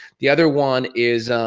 the other one is